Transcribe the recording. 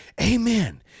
Amen